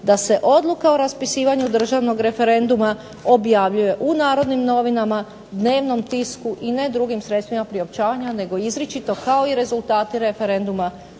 da se odluka o raspisivanju državnog referenduma objavljuje u "Narodnim novinama", dnevnom tisku, i ne drugim sredstvima priopćavanja, nego izričito kao i rezultati referenduma